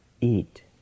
eat